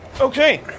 Okay